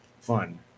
Fun